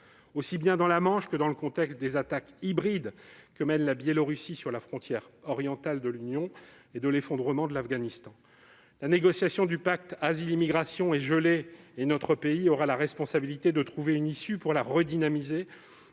aussi bien dans la Manche que dans le contexte des attaques hybrides que mène la Biélorussie sur la frontière orientale de l'Union et de l'effondrement de l'Afghanistan. La négociation du pacte européen pour l'asile et les migrations est gelée, et notre pays aura la responsabilité de trouver une issue pour la redynamiser,